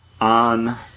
on